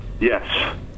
Yes